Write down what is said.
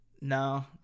No